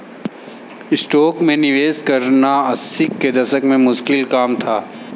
stocks में निवेश करना अस्सी के दशक में मुश्किल काम था